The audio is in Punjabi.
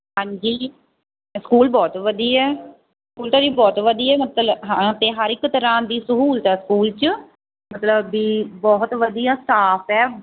ਹਾਂਜੀ ਸਕੂਲ ਬਹੁਤ ਵਧੀਆ ਸਕੂਲ ਤਾਂ ਜੀ ਬਹੁਤ ਵਧੀਆ ਮਤਲਬ ਹਾਂ ਅਤੇ ਹਰ ਇੱਕ ਤਰ੍ਹਾਂ ਦੀ ਸਹੂਲਤ ਹੈ ਸਕੂਲ 'ਚ ਮਤਲਬ ਵੀ ਬਹੁਤ ਵਧੀਆ ਸਟਾਫ਼ ਹੈ